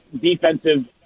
defensive